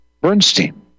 Bernstein